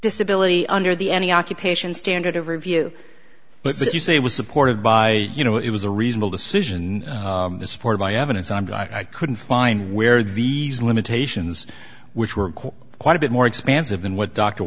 disability under the any occupation standard of review but that you say it was supported by you know it was a reasonable decision supported by evidence i'm glad i couldn't find where these limitations which were quite a bit more expansive than what dr